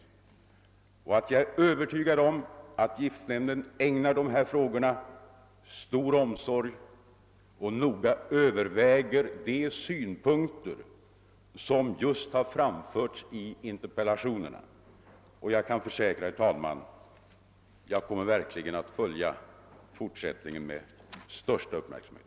Jag är övertygad om att giftnämnden ägnar dessa frågor stor omsorg och noga överväger synpunkter av den art som framförts i interpellationerna.» Jag kan försäkra, herr talman, att jag kommer att följa den fortsatta utvecklingen med största uppmärksamhet.